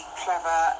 clever